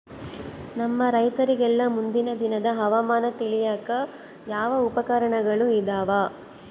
ನಮ್ಮ ರೈತರಿಗೆಲ್ಲಾ ಮುಂದಿನ ದಿನದ ಹವಾಮಾನ ತಿಳಿಯಾಕ ಯಾವ ಉಪಕರಣಗಳು ಇದಾವ?